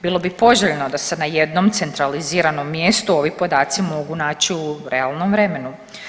Bilo bi poželjno da se na jednom centraliziranom mjestu ovi podaci mogu naći u realnom vremenu.